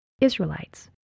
Israelites